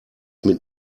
mit